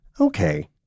okay